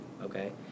okay